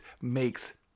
makes